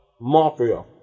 Mafia